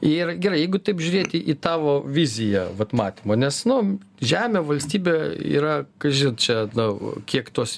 ir gerai jeigu taip žiūrėti į tavo viziją vat matymą nes nu žemė valstybė yra kažin čia na kiek tos